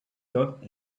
tot